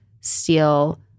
steal